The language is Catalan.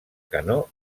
canó